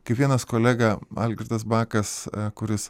kaip vienas kolega algirdas bakas kuris